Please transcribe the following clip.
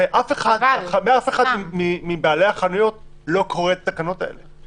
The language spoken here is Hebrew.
הרי אף אחד מבעלי החנויות לא קורא את התקנות האלה.